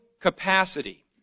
capacity